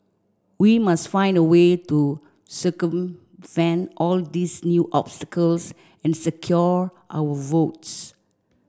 we must find a way to circumvent all these new obstacles and secure our votes